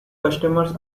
customers